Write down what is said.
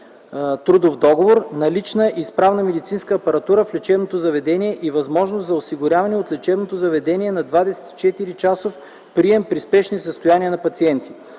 трудов договор; налична и изправна медицинска апаратура в лечебното заведение и възможност за осигуряване от лечебното заведение на 24-часов прием при спешни състояния на пациенти.